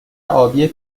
آبی